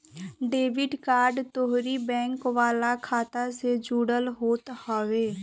debit card तोहरी bank वाला खाता से जुड़ल होत हवे